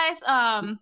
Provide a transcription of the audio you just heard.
guys